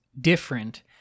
different